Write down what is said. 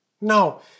No